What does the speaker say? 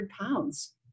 pounds